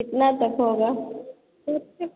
कितने तक होगा